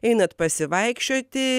einat pasivaikščioti